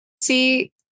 See